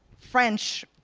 french,